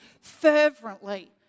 fervently